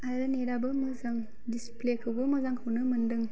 आरो नेटआबो मोजां डिसप्लेखौबो मोजांखौनो मोनदों